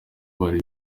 bari